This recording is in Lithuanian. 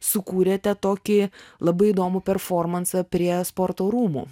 sukūrėte tokį labai įdomų performansą prie sporto rūmų